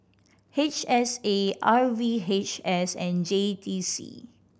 H S A R V H S and J T C